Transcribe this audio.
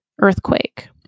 earthquake